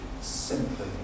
simply